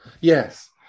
yes